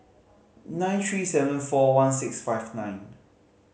nine three seven four one six five nine